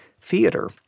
theater